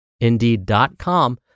indeed.com